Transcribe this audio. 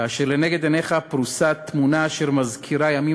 כאשר לנגד עיניך פרוסה תמונה אשר מזכירה ימים